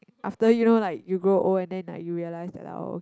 after you know like you grow old and then you realise that like oh